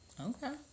Okay